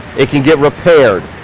it can get repaired.